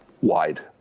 wide